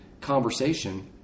conversation